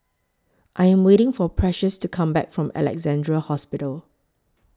I Am waiting For Precious to Come Back from Alexandra Hospital